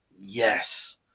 yes